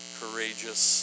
courageous